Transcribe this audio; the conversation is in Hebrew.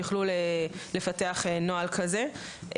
יוכלו לפתח נוהל כזה.